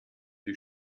die